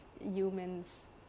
humans